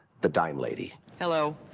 the dime lady. hello.